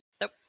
Nope